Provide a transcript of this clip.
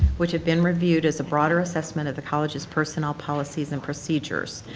which have been reviewed as a broader assessment of the college's personnel policies and procedures.